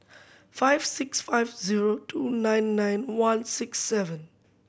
five six five zero two nine nine one six seven